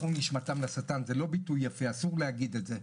מכרו נשמתם לשטן זה לא ביטוי יפה ואסור להגיד את זה,